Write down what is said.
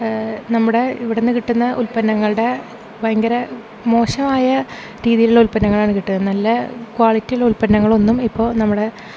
നമ്മുടെ ഇവിടെ നിന്ന് കിട്ടുന്ന ഉൽപ്പന്നങ്ങളുടെ ഭയങ്കര മോശമായ രീതിയിലുള്ള ഉൽപ്പന്നങ്ങളാണ് കിട്ടുന്നത് നല്ല ക്വാളിറ്റിയുള്ള ഉൽപന്നങ്ങളൊന്നും ഇപ്പോൾ നമ്മുടെ